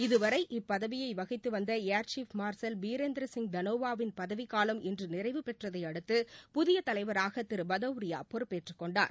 இதுவரை இப்பதவியை வகித்து வந்த air chief marshal Birendra Singh தனோவாவின் பதவிக்காலம் இன்று நிறைவு பெற்றதையடுத்து புதிய தலைவராக திரு பதௌரியா பொறுப்பேற்று கொண்டார்